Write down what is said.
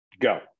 go